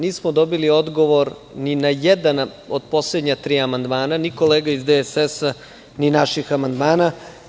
Nismo dobili odgovor ni na jedan od poslednja amandmana, ni kolege iz DSS, ni naših amandmana.